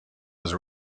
was